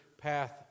path